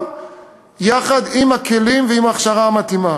יחד עם הכלים ועם ההכשרה המתאימה.